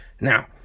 Now